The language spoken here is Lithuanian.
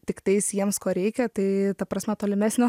tiktais jiems ko reikia tai ta prasme tolimesnio